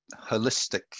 holistic